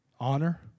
honor